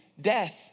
death